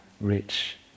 rich